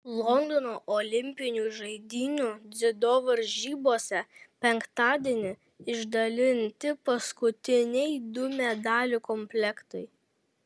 londono olimpinių žaidynių dziudo varžybose penktadienį išdalinti paskutiniai du medalių komplektai